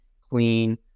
clean